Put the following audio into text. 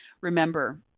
remember